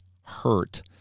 hurt